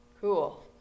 cool